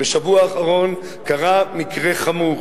בשבוע האחרון קרה מקרה חמור.